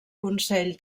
consell